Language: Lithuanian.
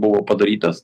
buvo padarytas